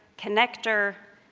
connector,